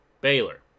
Baylor